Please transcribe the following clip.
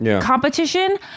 competition